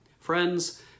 Friends